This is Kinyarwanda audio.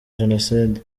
jenoside